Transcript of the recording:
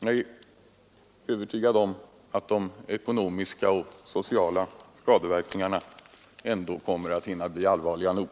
Jag är övertygad om att de ekonomiska och sociala skadeverkningarna ändå kommer att hinna bli allvarliga nog.